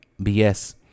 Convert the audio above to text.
BS